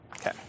Okay